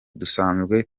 dusanzwe